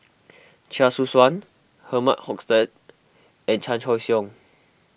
Chia Choo Suan Herman Hochstadt and Chan Choy Siong